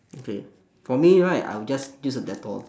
okay for me right I'll just use the dettol